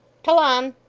tle on.